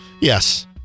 Yes